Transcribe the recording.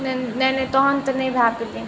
नहि नहि तहन तऽ नहि भऽ पेतै